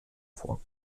vor